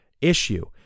issue